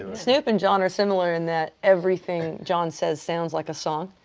and snoop and john are similar in that everything john says sounds like a song.